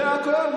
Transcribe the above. יודע הכול.